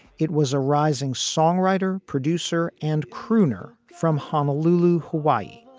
it was a rising songwriter, producer and crooner from honolulu, hawaii,